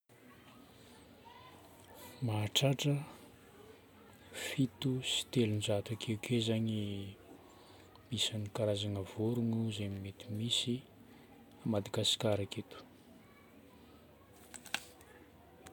Mahatratra fito sy telonjato akekeo zagny isan'ny karazagna vorogno zay mety misy Madagasikara aketo.